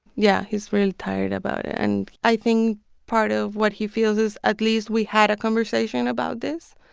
yeah. he's really tired about it. and i think part of what he feels is at least we had a conversation about this,